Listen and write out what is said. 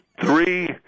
three –